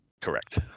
Correct